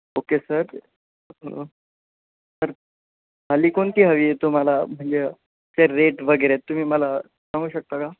okay sir तर थाळी कोणती हवी आहे तुम्हाला म्हणजे ते रेट वगैरे तुम्ही मला सांगू शकता का